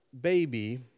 Baby